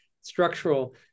structural